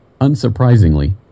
Unsurprisingly